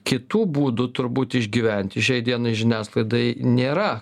kitų būdų turbūt išgyventi šiai dienai žiniasklaidai nėra